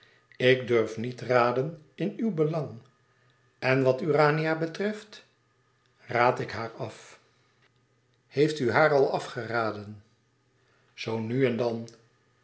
ik durf niet raden in uw belang e ids aargang n wat urania betreft raad ik haar af hèeft u haar al afgeraden zoo nu en dan